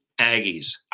Aggies